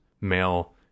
male